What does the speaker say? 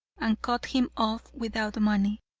and cut him off without money,